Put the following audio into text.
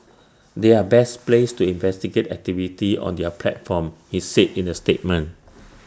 they are best placed to investigate activity on their platform he said in A statement